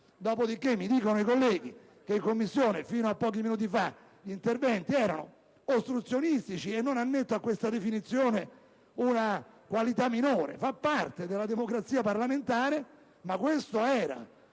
Dopodiché, mi dicono i colleghi che in Commissione, fino a pochi minuti fa, gli interventi erano ostruzionistici: e non annetto a questa definizione una qualità minore, fa parte della democrazia parlamentare, ma questo era.